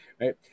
right